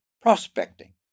prospecting